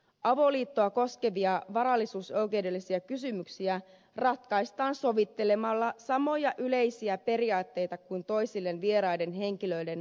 avoliittoa koskevia varallisuusoikeudellisia kysymyksiä ratkaistaan soveltamalla samoja yleisiä periaatteita kuin toisilleen vieraiden henkilöiden varallisuussuhteisiin